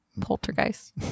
poltergeist